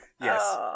Yes